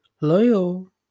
Loyal